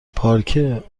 پارکه